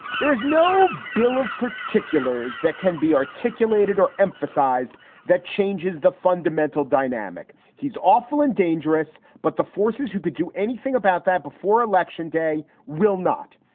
there is no bill of particulars that can be articulated or emphasized that changes the fundamental dynamic. he's awful and dangerous, but the forces who could do anything about that before election day will not.